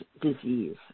disease